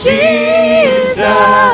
Jesus